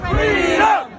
Freedom